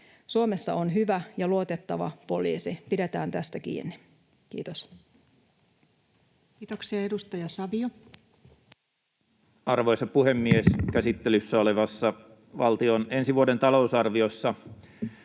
Suomessa on hyvä ja luotettava poliisi — pidetään tästä kiinni. — Kiitos. Kiitoksia. — Edustaja Savio. Arvoisa puhemies! Käsittelyssä olevassa valtion ensi vuoden talousarviossa